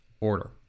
order